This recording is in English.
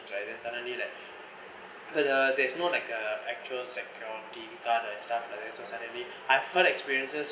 and then suddenly like the there's no like a actual security guard and stuff like that so suddenly I've heard experiences